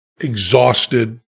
exhausted